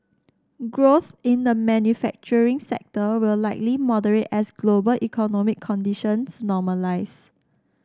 growth in the manufacturing sector will likely moderate as global economic conditions normalise